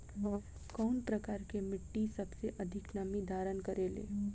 कउन प्रकार के मिट्टी सबसे अधिक नमी धारण करे ले?